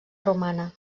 romana